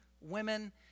women